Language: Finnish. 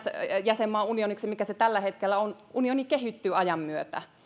jäsenmaan unioniksi mikä se tällä hetkellä on unioni kehittyy ajan myötä